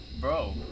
bro